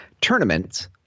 tournaments –